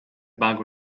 bug